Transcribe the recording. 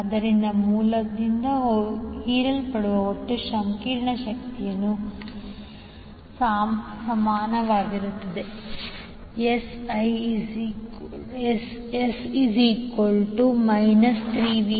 ಆದ್ದರಿಂದ ಮೂಲದಿಂದ ಹೀರಲ್ಪಡುವ ಒಟ್ಟು ಸಂಕೀರ್ಣ ಶಕ್ತಿಯು ಸಮಾನವಾಗಿರುತ್ತದೆ Ss 3VpIp 3110∠0°6